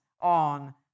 on